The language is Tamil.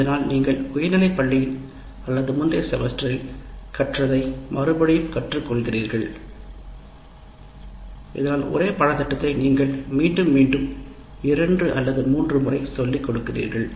இதனால் ஒரே பாடத் திட்டத்தை நீங்கள் மீண்டும் மீண்டும் இரண்டு அல்லது மூன்று முறை சொல்லிக் கொடுக்கலாம்